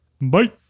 Bye